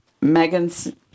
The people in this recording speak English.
Megan's